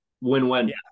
win-win